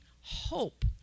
Hope